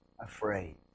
afraid